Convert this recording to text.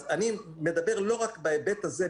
אז אני מדבר לא רק בהיבט הזה.